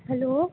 hello